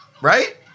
Right